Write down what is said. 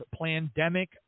Plandemic